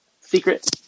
secret